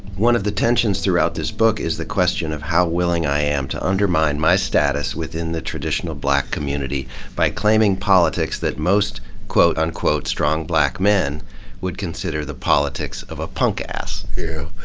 one of the tensions throughout this book is the question of how willing i am to undermine my status within the traditional black community by claiming politics that most quote unquote strong black men would consider the politics of a punk ass yeah.